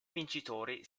vincitori